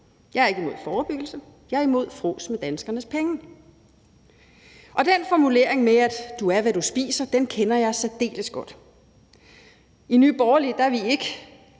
Jeg er ikke imod forebyggelse; jeg er imod frås med danskernes penge. Og den formulering, at du er, hvad du spiser, kender jeg særdeles godt. I Nye Borgerlige er vi ikke